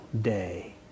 day